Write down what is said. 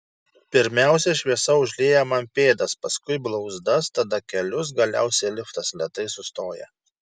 pirmiausia šviesa užlieja man pėdas paskui blauzdas tada kelius galiausiai liftas lėtai sustoja